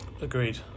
Agreed